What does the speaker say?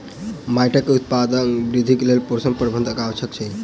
माइट के उत्पादन वृद्धिक लेल पोषक प्रबंधन आवश्यक अछि